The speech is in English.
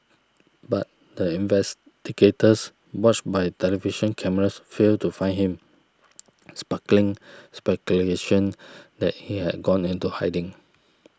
but the investigators watched by television cameras failed to find him sparkling speculation that he had gone into hiding